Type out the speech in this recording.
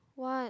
what